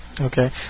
Okay